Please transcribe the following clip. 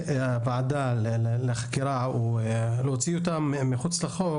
הוועדה לחקירה או להוציא אותם מחוץ לחוק,